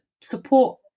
support